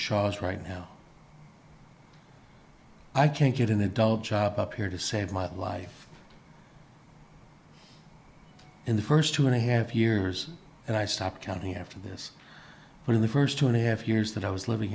shaw's right now i can't get in a dull job up here to save my life in the first two and a half years and i stopped counting after this when the first two and a half years that i was living